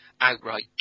outright